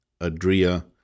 Adria